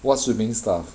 what swimming stuff